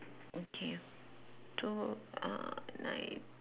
okay so uh nine